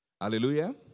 Hallelujah